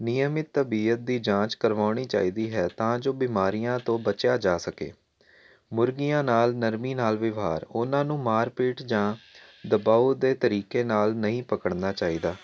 ਨਿਯਮਿਤ ਤਬੀਅਤ ਦੀ ਜਾਂਚ ਕਰਵਾਉਣੀ ਚਾਹੀਦੀ ਹੈ ਤਾਂ ਜੋ ਬਿਮਾਰੀਆਂ ਤੋਂ ਬਚਿਆ ਜਾ ਸਕੇ ਮੁਰਗੀਆਂ ਨਾਲ ਨਰਮੀ ਨਾਲ ਵਿਵਹਾਰ ਉਹਨਾਂ ਨੂੰ ਮਾਰਪੀਟ ਜਾਂ ਦਬਾਉ ਦੇ ਤਰੀਕੇ ਨਾਲ ਨਹੀਂ ਪਕੜਨਾ ਚਾਹੀਦਾ